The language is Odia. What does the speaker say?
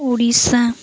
ଓଡ଼ିଶା